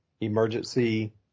emergency